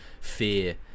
fear